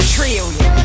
Trillion